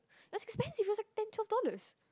it was expensive it was like ten twelve dollars